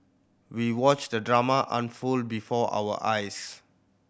we watched the drama unfold before our eyes